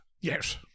Yes